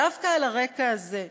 דווקא על הרקע הזה,